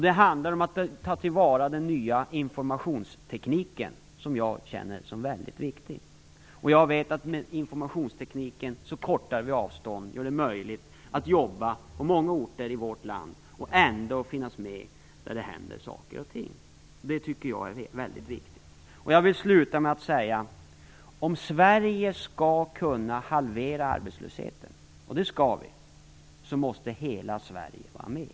Det handlar också om att ta tillvara den nya informationstekniken, som jag tycker är väldigt viktig. Med informationstekniken minskar avstånden, vilket gör det möjligt att jobba på många orter i vårt land och ändå vara med där det händer saker och ting. Det är något som är väldigt viktigt. Jag vill avsluta med att säga att om Sverige skall kunna halvera arbetslösheten, och det skall vi, så måste hela Sverige vara med.